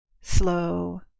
slow